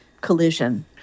collision